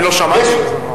האמת שאני לא שמעתי על זה.